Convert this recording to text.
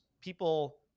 people